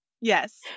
Yes